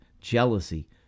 jealousy